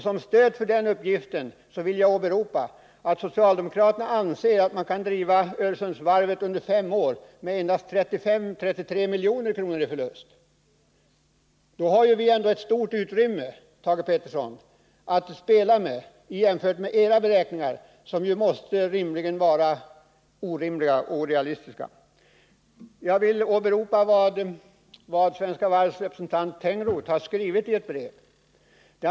Som stöd för detta vill jag åberopa socialdemokraternas åsikt att man kan driva Öresundsvarvet med endast 33 miljoner i förlust. Då har vi, Thage Peterson, ett stort utrymme att spela med jämfört med era beräkningar, som ju rimligen måste vara orealistiska. Jag vill understryka vad Svenska Varvs representant Bengt Tengroth har skrivit i ett brev till utskottets ordförande.